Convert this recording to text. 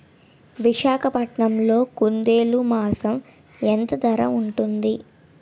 విశాఖపట్నంలో కుందేలు మాంసం ఎంత ధర ఉంటుంది?